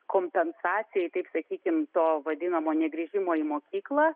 kompensacijai taip sakykim to vadinamo negrįžimo į mokyklą